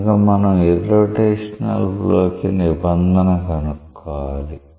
కనుక మనం irrotational flow కి నిబంధన కనుక్కోవాలి